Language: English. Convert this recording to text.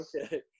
Okay